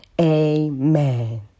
Amen